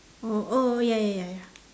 oh oh ya ya ya ya